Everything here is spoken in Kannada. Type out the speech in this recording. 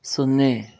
ಸೊನ್ನೆ